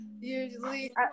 Usually